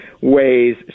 ways